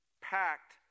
packed